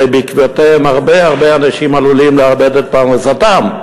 כי הרבה הרבה אנשים עלולים לאבד את פרנסתם.